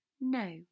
No